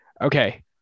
Okay